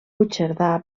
puigcerdà